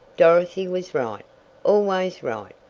dorothy was right always right.